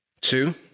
Two